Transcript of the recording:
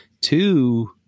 two